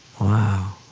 Wow